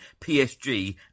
PSG